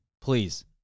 Please